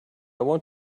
want